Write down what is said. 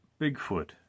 Bigfoot